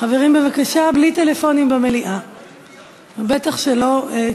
נגד, 23 בעד, ואחד לא השתתף.